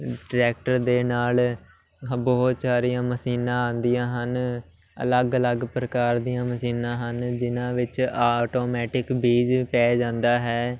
tractor ਦੇ ਨਾਲ ਬਹੁਤ ਸਾਰੀਆਂ ਮਸ਼ੀਨਾਂ ਆਉਂਦੀਆਂ ਹਨ ਅਲੱਗ ਅਲੱਗ ਪ੍ਰਕਾਰ ਦੀਆਂ ਮਸ਼ੀਨਾਂ ਹਨ ਜਿਹਨਾਂ ਵਿੱਚ ਆਟੋਮੈਟਿਕ ਬੀਜ ਪੈ ਜਾਂਦਾ ਹੈ